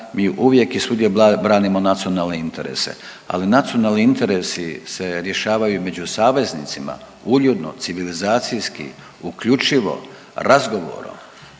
mi uvijek i svugdje branimo nacionalne interese, ali nacionalni interesi se rješavaju među saveznicima, uljudno, civilizacijski, uključivo, razgovorom,